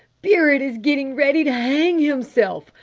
barrett is getting ready to hang himself!